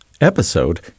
episode